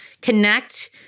Connect